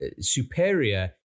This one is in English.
Superior